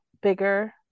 bigger